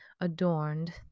adorned